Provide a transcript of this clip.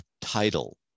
title